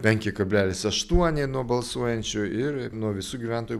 penki kablelis aštuoni nuo balsuojančių ir nuo visų gyventojų